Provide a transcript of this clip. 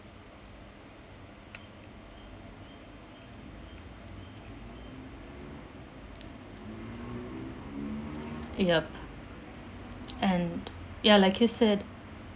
yup and ya like you said